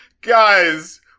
guys